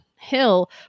hill